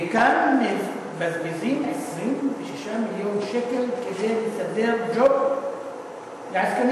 וכאן מבזבזים 26 מיליון שקל כדי לסדר ג'וב לעסקנים.